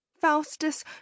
faustus